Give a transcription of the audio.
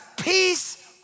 peace